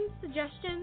suggestions